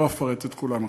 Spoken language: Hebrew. לא אפרט את כולם עכשיו.